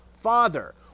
Father